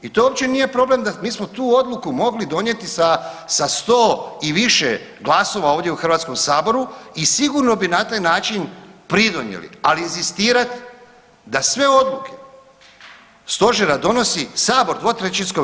I to uopće nije problem mi smo tu odluku mogli donijeti sa 100 i više glasova ovdje u Hrvatskom saboru i sigurno bi na taj način pridonijeli, ali inzistirat da sve odluke stožera donosi sabor 2/